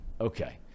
okay